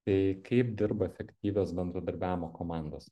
tai kaip dirba efektyvios bendradarbiavimo komandos